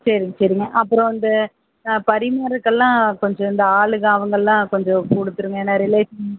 சரிங்க சரிங்க அப்புறம் அந்த ஆ பரிமாறத்துக்கெல்லாம் கொஞ்சம் இந்த ஆளுங்க அவங்கள்லாம் கொஞ்சம் கொடுத்துருங்க ஏன்னா ரிலேஷன்